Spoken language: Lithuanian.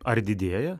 ar didėja